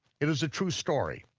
it is a true story,